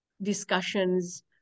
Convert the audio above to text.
discussions